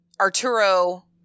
Arturo